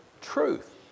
truth